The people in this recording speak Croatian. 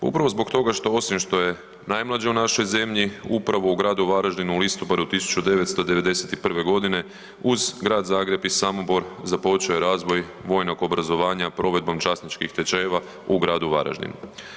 Upravo zbog toga osim što je najmlađe u našoj zemlji upravo u gradu Varaždinu u listopadu 1991. godine uz Grad Zagreb i Samobor započeo je razvoj vojnog obrazovanja provedbom časničkih tečajeva u gradu Varaždinu.